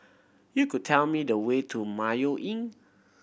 you could tell me the way to Mayo Inn